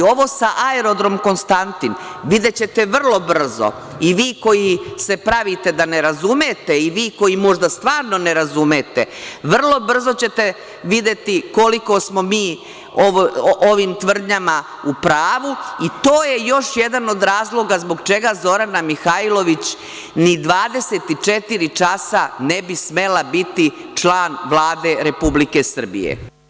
Ovo sa Aerodromom „Konstantin“, vićete vrlo brzo i vi koji se pravite da ne razumete i vi koji možda stvarno ne razumete, vrlo brzo ćete videti koliko smo mi ovim tvrdnjama u pravu i to je još jedan od razloga zbog čega Zorana Mihajlović ni 24 časa ne bi smela biti član Vlade Republike Srbije.